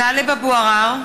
טלב אבו עראר,